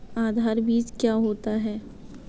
आधार बीज क्या होता है?